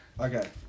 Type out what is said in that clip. Okay